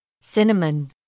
Cinnamon